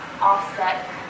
offset